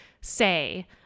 say